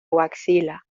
huaxila